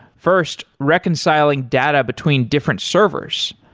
first, reconciling data between different servers,